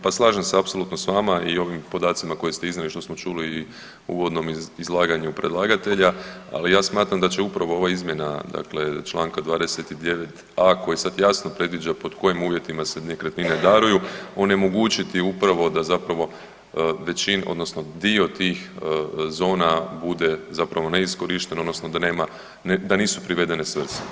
Pa slažem se apsolutno s vama i ovim podacima koje ste iznijeli, što smo čuli u uvoznom izlaganju predlagatelja, ali ja smatram da će upravo ovaj izmjena dakle čl. 29a koji sad jasno predviđa pod kojim uvjetima se nekretnine daruju onemogućiti upravo da zapravo većina odnosno dio tih zona bude zapravo neiskorišten odnosno da nema, da nisu privedene svrsi.